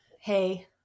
Hey